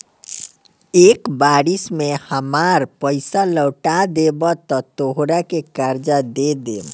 एक बरिस में हामार पइसा लौटा देबऽ त तोहरा के कर्जा दे देम